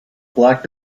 black